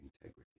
integrity